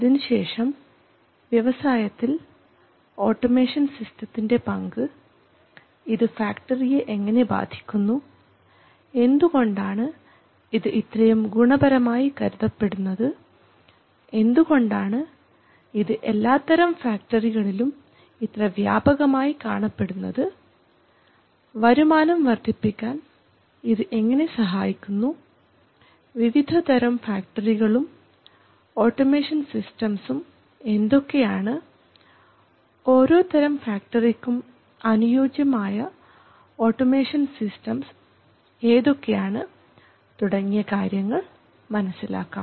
അതിനുശേഷം വ്യവസായത്തിൽ ഓട്ടോമേഷൻ സിസ്റ്റത്തിൻറെ പങ്ക് ഇത് ഫാക്ടറിയെ എങ്ങനെ ബാധിക്കുന്നു എന്തുകൊണ്ടാണ് ഇത് ഇത്രയും ഗുണപരമായി കരുതപ്പെടുന്നത് എന്തുകൊണ്ടാണ് ഇത് എല്ലാത്തരം ഫാക്ടറികളിലും ഇത്ര വ്യാപകമായി കാണപ്പെടുന്നത് വരുമാനം വർദ്ധിപ്പിക്കാൻ ഇത് എങ്ങനെ സഹായിക്കുന്നു വിവിധതരം ഫാക്ടറികളും ഓട്ടോമേഷൻ സിസ്റ്റംസ്സും എന്തൊക്കെയാണ് ഓരോതരം ഫാക്ടറിക്കും അനുയോജ്യമായ ഓട്ടോമേഷൻ സിസ്റ്റം ഏതൊക്കെയാണ് തുടങ്ങിയ കാര്യങ്ങൾ മനസ്സിലാക്കാം